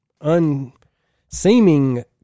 unseeming